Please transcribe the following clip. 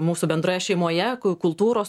mūsų bendroje šeimoje kultūros